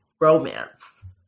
romance